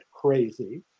crazy